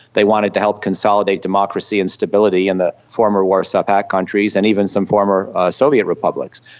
they wanted to help consolidate democracy and stability in the former warsaw pact countries, and even some former soviet republics.